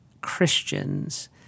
Christians